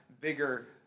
bigger